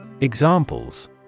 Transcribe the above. Examples